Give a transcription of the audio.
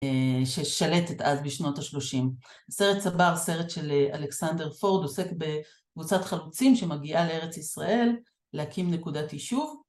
ששלטת אז בשנות השלושים. סרט צבר סרט של אלכסנדר פורד עוסק בקבוצת חלוצים שמגיעה לארץ ישראל להקים נקודת ישוב